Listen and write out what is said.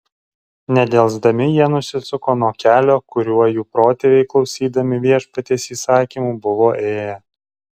nedelsdami jie nusisuko nuo kelio kuriuo jų protėviai klausydami viešpaties įsakymų buvo ėję